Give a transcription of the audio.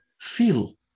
feel